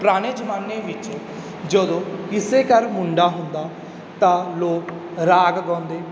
ਪੁਰਾਣੇ ਜ਼ਮਾਨੇ ਵਿੱਚ ਜਦੋਂ ਕਿਸੇ ਘਰ ਮੁੰਡਾ ਹੁੰਦਾ ਤਾਂ ਲੋਕ ਰਾਗ ਗਾਉਂਦੇ